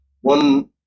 one